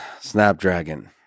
Snapdragon